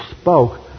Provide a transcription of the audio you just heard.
spoke